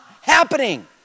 happening